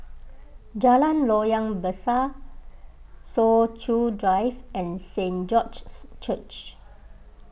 Jalan Loyang Besar Soo Chow Drive and Saint George's Church